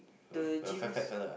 the Giva's